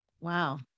Wow